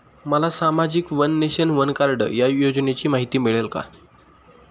मला सामाजिक one nation, one card या योजनेची माहिती मिळेल का?